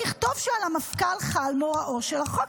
תכתוב שעל המפכ"ל חל מוראו של החוק.